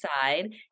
side